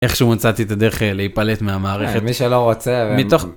- איכשהו מצאתי את הדרך להיפלט מהמערכת, - מי שלא רוצה. - מתוך..